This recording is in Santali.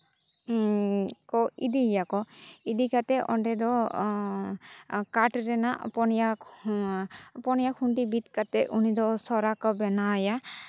ᱠᱚ ᱤᱫᱤᱭᱮᱭᱟᱠᱚ ᱤᱫᱤ ᱠᱟᱛᱮᱫ ᱚᱸᱰᱮ ᱫᱚ ᱠᱟᱴᱷ ᱨᱮᱭᱟᱜ ᱯᱚᱱᱭᱟ ᱯᱚᱱᱭᱟ ᱠᱷᱩᱱᱴᱤ ᱵᱤᱫ ᱠᱟᱛᱮᱫ ᱩᱱᱤ ᱫᱚ ᱥᱟᱨᱟ ᱠᱚ ᱵᱮᱱᱟᱣ ᱟᱭᱟ